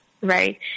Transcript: right